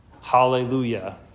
Hallelujah